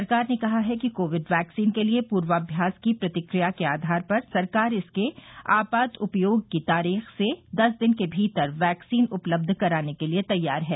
सरकार ने कहा है कि कोविड वैक्सीन के लिए पूर्वाभ्यास की प्रतिक्रिया के आधार पर सरकार इसके आपात उपयोग की तारीख से दस दिन के भीतर वैक्सीन उपलब्ध कराने के लिए तैयार है